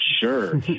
sure